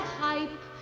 hype